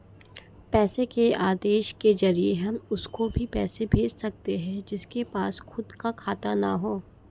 पैसे के आदेश के जरिए हम उसको भी पैसे भेज सकते है जिसके पास खुद का खाता ना हो